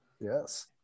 Yes